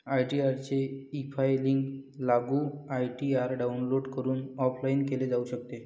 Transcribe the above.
ITR चे e filing लागू ITR download करून ऑफलाइन केले जाऊ शकते